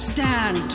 Stand